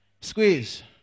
Squeeze